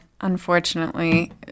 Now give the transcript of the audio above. unfortunately